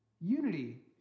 Unity